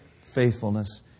faithfulness